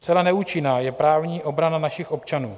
Zcela neúčinná je právní obrana našich občanů.